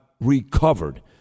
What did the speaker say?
recovered